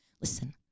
listen